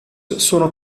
sono